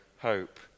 hope